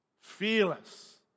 Fearless